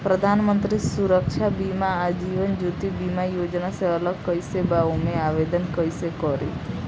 प्रधानमंत्री सुरक्षा बीमा आ जीवन ज्योति बीमा योजना से अलग कईसे बा ओमे आवदेन कईसे करी?